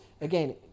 again